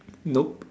nope